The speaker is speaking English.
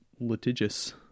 litigious